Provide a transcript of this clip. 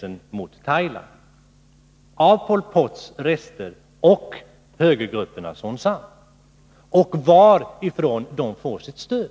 som bedrivs av Pol Pot-rester och högergrupperna Son Sann vid gränsen mot Thailand och om varifrån de får sitt stöd.